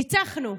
ניצחנו,